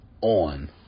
on